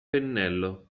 pennello